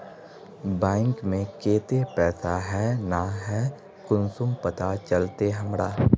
Bank में केते पैसा है ना है कुंसम पता चलते हमरा?